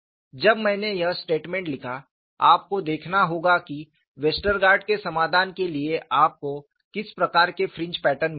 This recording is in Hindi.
जब मैंने यह स्टेटमेंट लिखा आपको देखना होगा कि वेस्टरगार्ड के समाधान के लिए आपको किस प्रकार के फ्रिंज पैटर्न मिलते हैं